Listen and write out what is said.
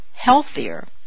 healthier